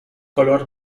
color